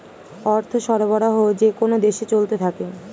অর্থ সরবরাহ যেকোন দেশে চলতে থাকে